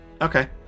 okay